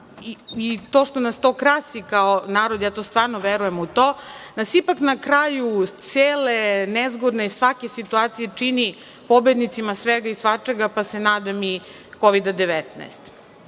i to što nas to krasi kao narod, ja stvarno verujem u to, nas ipak na kraju cele nezgodne i svake situacije čini pobednicima svega i svačega, pa se nadam i